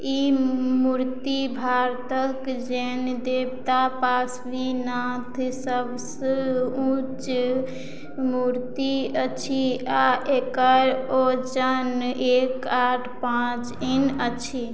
ई मूर्ति भारतक जैन देबता पाशवीनाथ सबसँ ऊँच मूर्ति अछि आ एकर ओजन एक आठ पाँच ईन अछि